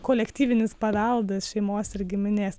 kolektyvinis paveldas šeimos ir giminės